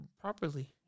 properly